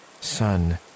Son